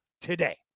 today